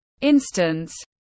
instance